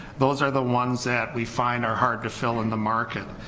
those are the ones that we find are hard to fill in the market.